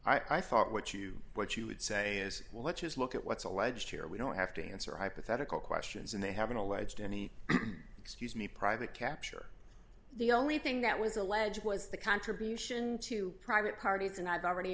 apology i thought what you what you would say is well let's just look at what's alleged here we don't have to answer hypothetical questions and they haven't alleged any excuse me private capture the only thing that was alleged was the contribution to private parties and i've already